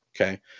Okay